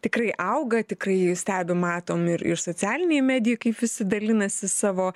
tikrai auga tikrai stebim matom ir iš socialinių medijų kaip visi dalinasi savo